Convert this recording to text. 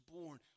born